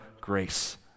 grace